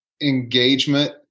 engagement